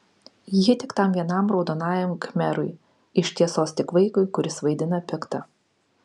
ji tik tam vienam raudonajam khmerui iš tiesos tik vaikui kuris vaidina piktą